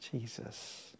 Jesus